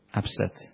upset